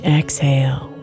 exhale